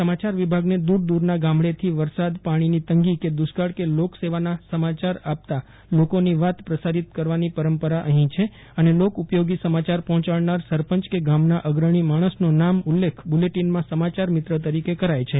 સમાચાર વિભાગને દૂર દૂરના ગામડેથી વરસાદ પાણીની તંગી કે દુષ્કાળ કે લોક સેવાના સમાચાર આપતા લોકોની વાત પ્રસારિત કરવાની પરંપરા અહી છે અને લોક ઉપયોગી સમાચાર પર્હોંચાડનાર સરપંચ કે ગામના અગ્રણી માણસનો નામ ઉલ્લેખ બુલેટિનમાં સમાચાર મિત્ર તરીકે કરાય છે